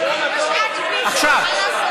(אומר בערבית: מוצא חן או לא מוצא חן.)